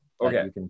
Okay